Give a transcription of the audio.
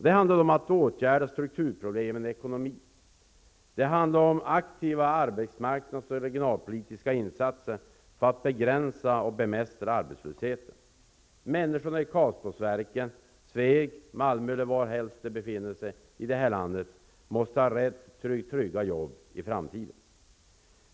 Det är fråga om att vidta åtgärder som löser strukturproblemen i ekonomin. Vidare handlar det om aktiva arbetsmarknads och regionalpolitiska insatser för att begränsa och bemästra arbetslösheten. Människorna i Karlsborgsverken, i Sveg, i Malmö eller varhelst de befinner sig i landet måste ha rätt till trygga jobb i framtiden.